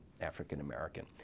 african-american